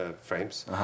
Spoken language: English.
frames